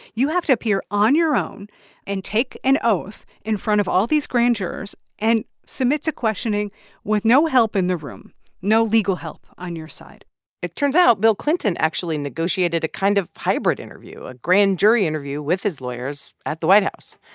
you have to appear on your own and take an oath in front of all these grand jurors and submit to questioning with no help in the room no legal help on your side it turns out bill clinton actually negotiated a kind of hybrid interview a grand jury interview with his lawyers at the white house.